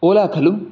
ओला खलु